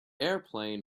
airplane